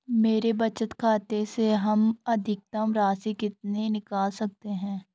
मेरे बचत खाते से हम अधिकतम राशि कितनी निकाल सकते हैं?